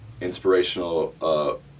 inspirational